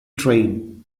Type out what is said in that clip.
train